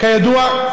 "כידוע,